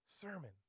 sermon